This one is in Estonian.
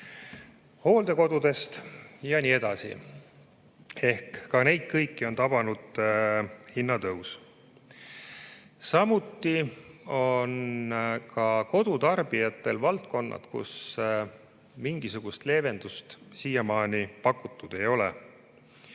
hooldekodudest ja nii edasi –, ka neid kõiki on tabanud hinnatõus. Samuti on kodutarbijatel valdkonnad, kus mingisugust leevendust siiamaani pakutud ei ole.